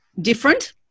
different